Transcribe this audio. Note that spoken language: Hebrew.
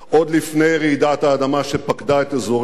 עוד לפני רעידת האדמה שפקדה את אזורנו